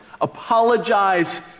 Apologize